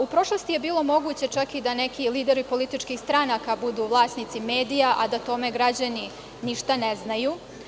U prošlosti je bilo moguće čak i da neki lideri političkih stranaka budu vlasnici medija, a da o tome građani ništa ne znaju.